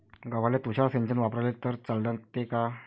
गव्हाले तुषार सिंचन वापरले तर चालते का?